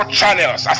channels